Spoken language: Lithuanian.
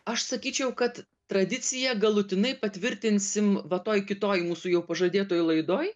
aš sakyčiau kad tradiciją galutinai patvirtinsim va toj kitoj mūsų jau pažadėtoj laidoj